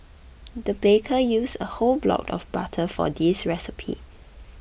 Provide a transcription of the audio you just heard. the baker used a whole block of butter for this recipe